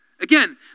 Again